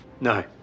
No